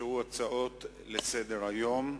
הצעות לסדר-היום,